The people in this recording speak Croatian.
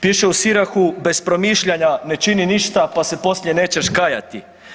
Piše u Sirahu „Bez promišljanja ne čini ništa pa se poslije nećeš kajati“